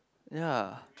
ya